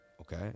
Okay